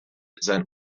sein